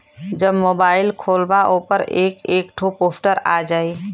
जब मोबाइल खोल्बा ओपर एक एक ठो पोस्टर आ जाई